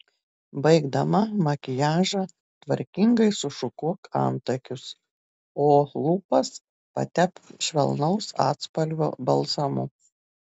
baigdama makiažą tvarkingai sušukuok antakius o lūpas patepk švelnaus atspalvio balzamu